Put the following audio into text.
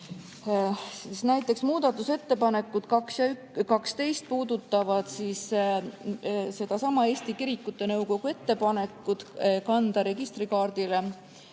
Näiteks, muudatusettepanekud nr 2 ja 12 puudutavad sedasama Eesti Kirikute Nõukogu ettepanekut kanda registrikaardile